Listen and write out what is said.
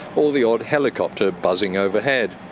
or the odd helicopter buzzing overhead.